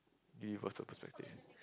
universal perspective